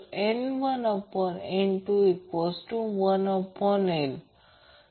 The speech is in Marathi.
तर ज्याला आपण अनेक अॅडमिटन्स विरूद्ध इतर आलेख फ्रिक्वेन्सीजवर दाखवले जातात जे सहजपणे करू शकतात हे सहजपणे समर्थित करू शकते